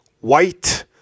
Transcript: white